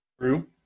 true